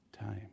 Time